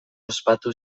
ospatu